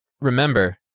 remember